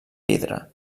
vidre